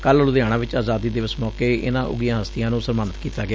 ਕੱਲ੍ ਲੁਧਿਆਣਾ ਚ ਆਜ਼ਾਦੀ ਦਿਵਸ ਮੌਕੇ ਇਨ੍ਨਾਂ ਉਘੀਆਂ ਹਸਤੀਆਂ ਨੁੰ ਸਨਮਾਨਿਤ ਕੀਤਾ ਗਿਆ